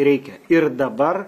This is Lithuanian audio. reikia ir dabar